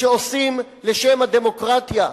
שעושים לשם הדמוקרטיה.